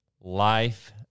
life